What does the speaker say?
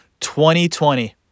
2020